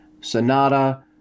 Sonata